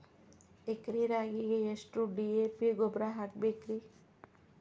ಎಕರೆ ರಾಗಿಗೆ ಎಷ್ಟು ಡಿ.ಎ.ಪಿ ಗೊಬ್ರಾ ಹಾಕಬೇಕ್ರಿ?